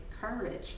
courage